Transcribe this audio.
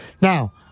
Now